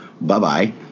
Bye-bye